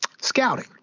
scouting